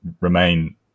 remain